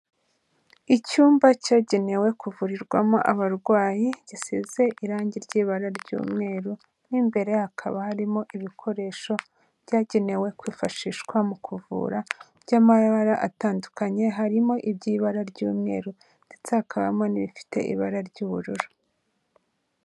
Icyumba cyagenewe kuvurirwamo abarwayi, gisize irangi ry'ibara ry'umweru mo imbere hakaba harimo ibikoresho byagenewe kwifashishwa mu kuvura by'amabara atandukanye, harimo iby'ibara ry'umweru ndetse hakabamo n'ibifite ibara ry'ubururu.